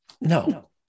No